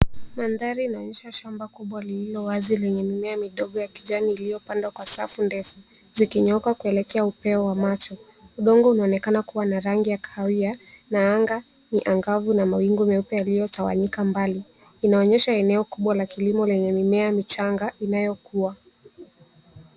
Mandhari inaonyesha shamba kubwa lililo wazi lenye mimea midogo ya kijani iliyopandwa kwa safu ndefu zikinyooka kuelekea upeo wa macho, udongo unaonekana kua na rangi ya kahawia na anga ni angavu na mawingu meupe yaliyotawanyika mbali. Inaonyesha eneo kubwa la kilimo lenye mimea michanga inayokua.